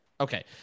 Okay